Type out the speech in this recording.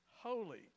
Holy